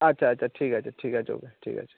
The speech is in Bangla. আচ্ছা আচ্ছা ঠিক আছে ঠিক আছে ওকে ঠিক আছে